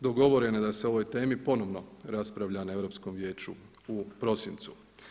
Dogovoreno je da se o ovoj temi ponovno raspravlja na Europskom vijeću u prosincu.